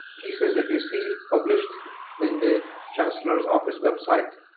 pieces that you see published in the chancellor's office website,